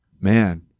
man